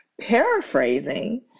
Paraphrasing